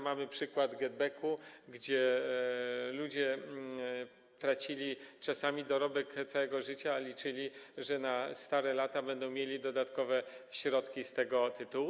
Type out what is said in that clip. Mamy przykład spółki GetBack, kiedy ludzie tracili czasami dorobek całego życia, a liczyli, że na stare lata będą mieli dodatkowe środki z tego tytułu.